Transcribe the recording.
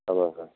அதுதான் சார்